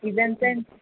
ఇదెంతండి